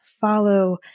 follow